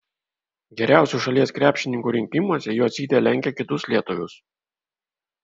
geriausių šalies krepšininkų rinkimuose jocytė lenkia kitus lietuvius